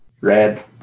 red